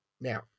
now